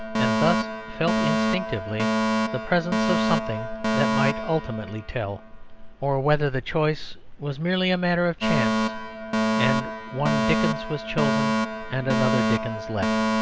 and thus felt instinctively the presence of something that might ultimately tell or whether the choice was merely a matter of chance and one dickens was chosen and another dickens left.